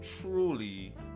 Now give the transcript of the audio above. truly